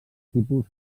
tipus